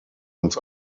uns